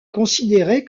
considérée